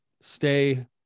stay